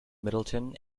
middleton